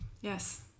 yes